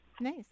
Nice